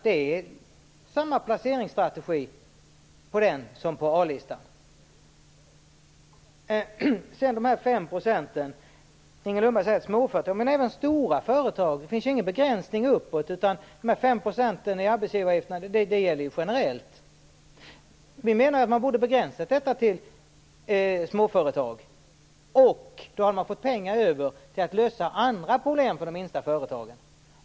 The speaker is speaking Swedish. Det är samma placeringsstrategi för OTC och O Vi talade om de fem procenten. Inger Lundberg talar om småföretag, men det gäller även stora företag. Det finns ingen begränsning uppåt. Reglerna om de fem procenten i arbetsgivaravgiften gäller generellt. Vi menar att man borde ha begränsat det till småföretag. Då hade man fått pengar över till att lösa andra problem för de minsta företagen.